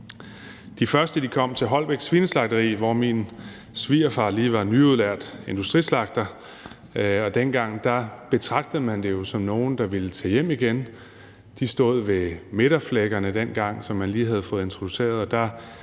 De første kom til Holbæk Svineslagteri, hvor min svigerfar lige var nyudlært industrislagter, og dengang betragtede man dem jo som nogle, der ville tage hjem igen. De stod ved midtflækkerne, som man dengang lige havde introduceret,